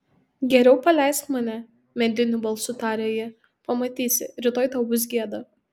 geriau paleisk mane mediniu balsu tarė ji pamatysi rytoj tau bus gėda